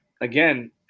again